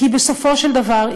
כי בסופו של דבר,